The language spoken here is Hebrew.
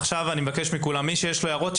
עכשיו אני מבקש מכולם מי שיש לו הערות,